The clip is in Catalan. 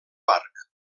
parc